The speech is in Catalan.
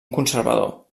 conservador